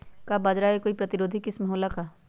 का बाजरा के कोई प्रतिरोधी किस्म हो ला का?